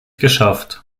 geschafft